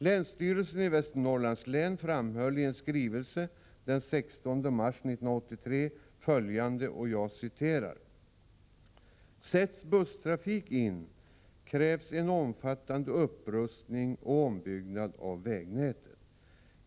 Länsstyrelsen i Västernorrlands län framhöll i en skrivelse den 16 mars 1983 följande: ”Sätts busstrafik in krävs en omfattande upprustning och ombyggnad av vägnätet.